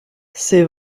ses